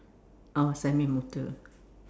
oh Sami-Muthu